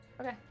Okay